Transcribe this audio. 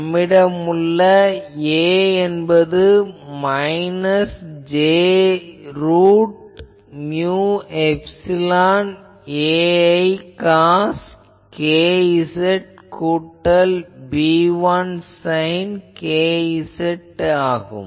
நம்மிடம் உள்ள A என்பது minus j root mu epsilon A1 cos k z கூட்டல் B1 சைன் k z ஆகும்